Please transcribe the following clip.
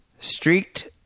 streaked